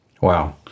wow